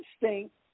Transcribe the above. instinct